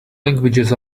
languages